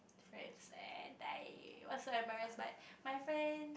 friends and I was so embarrass but my friend